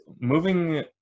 moving